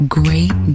great